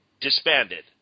disbanded